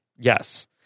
Yes